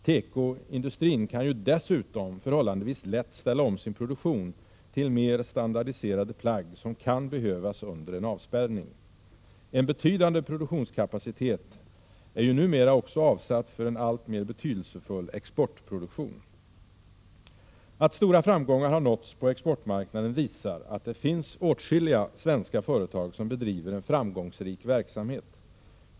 Tekoindustrin kan dessutom förhållandevis lätt ställa om sin produktion till mer standardiserade plagg, som kan behövas under en avspärrning. En betydande produktionskapacitet är ju numera avsatt för en alltmer betydelsefull exportproduktion. Att stora framgångar har nåtts på exportmarknaden visar att det finns åtskilliga svenska företag som bedriver en framgångsrik verksamhet.